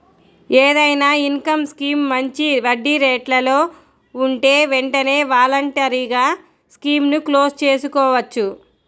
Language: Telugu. ఏదైనా ఇన్కం స్కీమ్ మంచి వడ్డీరేట్లలో ఉంటే వెంటనే వాలంటరీగా స్కీముని క్లోజ్ చేసుకోవచ్చు